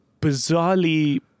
bizarrely